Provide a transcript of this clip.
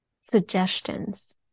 suggestions